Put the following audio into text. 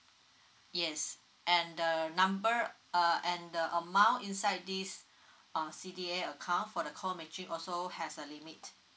yes and the number uh and the amount inside this um C_D_A account for the co matching also has a limit